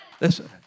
Listen